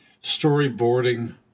Storyboarding